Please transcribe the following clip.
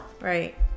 Right